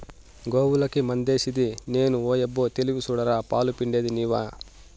గోవులకి మందేసిది నేను ఓయబ్బో తెలివి సూడరా పాలు పిండేది నీవా